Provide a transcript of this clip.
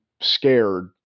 scared